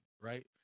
right